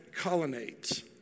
colonnades